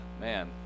man